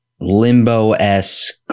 limbo-esque